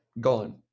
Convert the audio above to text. gone